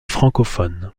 francophones